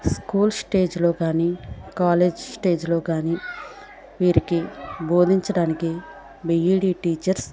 school స్టేజ్లో కానీ college స్టేజ్లో కానీ వీరికి బోధించడానికి బీఈడీ టీచర్స్